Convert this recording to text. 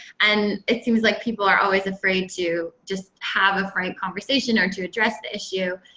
and it seems like people are always afraid to just have a frank conversation or to address the issue.